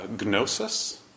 gnosis